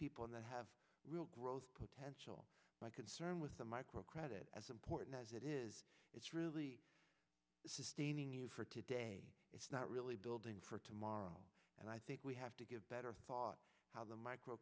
people in that have real growth potential my concern with the micro credit as important as it is it's really sustaining you for today it's not really building for tomorrow and i think we have to give better thought how the micro